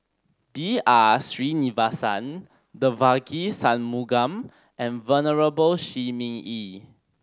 B R Sreenivasan Devagi Sanmugam and Venerable Shi Ming Yi